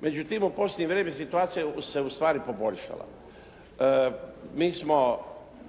Međutim u posljednje vrijeme situacija se ustvari poboljšala. Mi smo